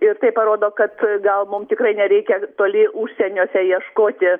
ir tai parodo kad gal mum tikrai nereikia toli užsieniuose ieškoti